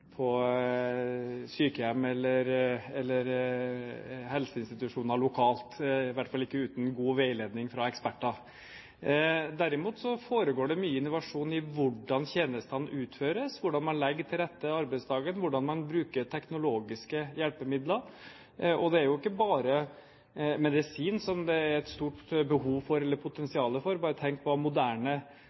sykehjem eller helseinstitusjoner lokalt, i hvert fall ikke uten god veiledning fra eksperter. Derimot foregår det mye innovasjon i hvordan tjenestene utføres, hvordan man legger til rette arbeidsdagen, hvordan man bruker teknologiske hjelpemidler. Det er jo ikke bare medisin det er et stort behov eller potensial for. Bare tenk på hva moderne